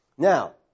Now